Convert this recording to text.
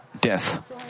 death